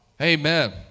Amen